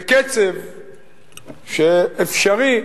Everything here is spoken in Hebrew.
בקצב האפשרי,